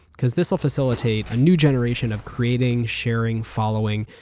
because this will facilitate a new generation of creating, sharing, following,